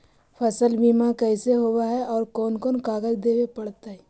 फसल बिमा कैसे होब है और कोन कोन कागज देबे पड़तै है?